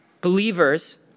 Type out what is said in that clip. believers